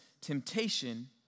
temptation